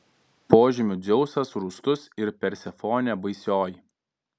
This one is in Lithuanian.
požemių dzeusas rūstus ir persefonė baisioji